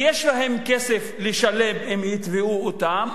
כי יש להם כסף לשלם אם יתבעו אותם,